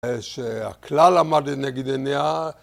‫שהכלל עמד לנגד עיניה